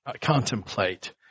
contemplate